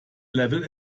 level